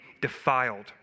defiled